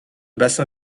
bassin